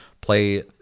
play